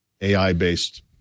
AI-based